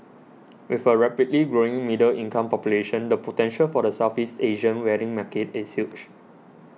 with a rapidly growing middle income population the potential for the Southeast Asian wedding market is huge